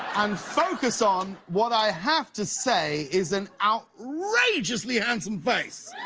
and focus on what i have to say is an outrageously handsome face.